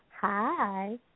Hi